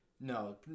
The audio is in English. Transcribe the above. no